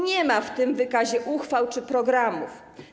Nie ma w tym wykazie uchwał czy programów.